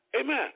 Amen